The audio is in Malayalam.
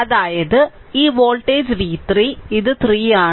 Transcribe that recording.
അതായത് ഈ വോൾട്ടേജ് v3 ഇതും 3 ആണ്